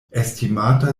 estimata